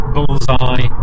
Bullseye